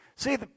See